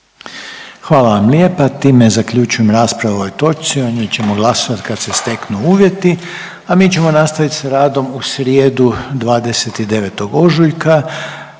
Hvala vam lijepa. Time zaključujem raspravu o ovoj točci. O njoj ćemo glasovati kad se steknu uvjeti, a mi ćemo nastaviti sa radom u srijedu 29. ožujka.